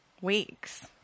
Weeks